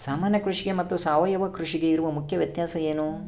ಸಾಮಾನ್ಯ ಕೃಷಿಗೆ ಮತ್ತೆ ಸಾವಯವ ಕೃಷಿಗೆ ಇರುವ ಮುಖ್ಯ ವ್ಯತ್ಯಾಸ ಏನು?